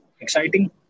exciting